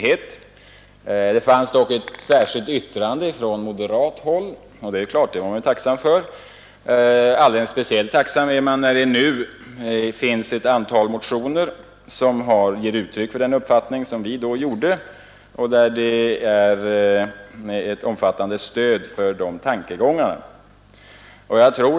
Men det fanns ett särskilt yttrande från moderat håll fogat till utskottets utlåtande den gången, och det var jag naturligtvis tacksam för — och jag är alldeles speciellt tacksam nu, när det har väckts motioner som ger uttryck för samma uppfattning som vi den gången hade. De motionerna utgör ett stöd för våra tankar 1969.